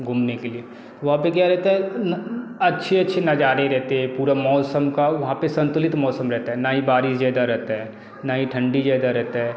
घूमने के लिए वहाँ पर क्या रहता है अच्छे अच्छे नज़ारे रहते हैं पूरा मौसम का वहाँ पर संतुलित मौसम रहता है ना ही बारिश ज़्यादा रहता है ना ही ठंडी ज़्यादा रहता है